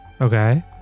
Okay